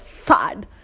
sad